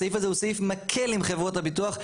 הסעיף הזה הוא סעיף מקל עם חברות הביטוח.